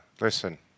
Listen